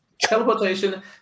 teleportation